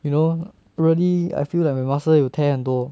you know really I feel that my muscle 有 tear 很多